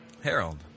Harold